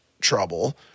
trouble